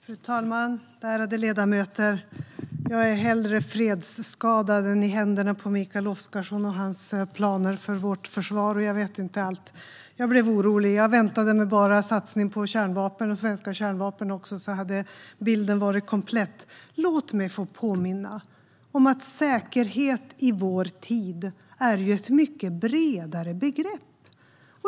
Fru talman! Ärade ledamöter! Jag är hellre fredsskadad än i händerna på Mikael Oscarsson och hans planer för vårt försvar och jag vet inte allt. Jag blev orolig. Jag väntade mig bara satsning på kärnvapen och svenska kärnvapen också. Då hade bilden varit komplett. Låt mig få påminna om att säkerhet i vår tid är ett mycket bredare begrepp.